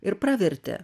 ir pravertė